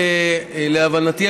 להבנתי,